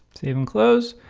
save and close.